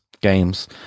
games